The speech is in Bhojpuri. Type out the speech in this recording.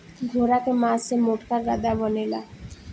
घोड़ा के मास से मोटका गद्दा बनेला